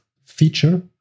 feature